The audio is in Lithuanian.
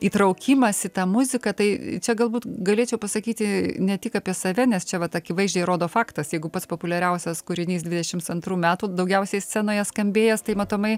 įtraukimas į tą muziką tai čia galbūt galėčiau pasakyti ne tik apie save nes čia vat akivaizdžiai rodo faktas jeigu pats populiariausias kūrinys dvidešims antrų metų daugiausiai scenoje skambėjęs tai matomai